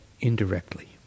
indirectly